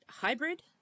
hybrid